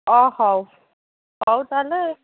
ଓ ହଉ ହଉ ତାହେଲେ